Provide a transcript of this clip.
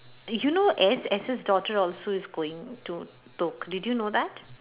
you know S S's daughter also is going to to~ did you know that